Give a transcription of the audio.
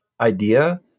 idea